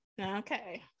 Okay